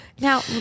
Now